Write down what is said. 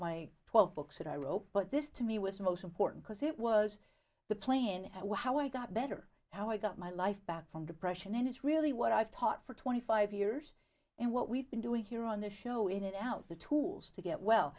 my twelve books that i robot this to me was most important because it was the plane at how i got better how i got my life back from depression and it's really what i've taught for twenty five years and what we've been doing here on the show in and out the tools to get well